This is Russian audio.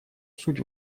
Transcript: суть